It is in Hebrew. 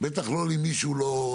בטח לא ללא אביונים,